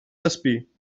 despí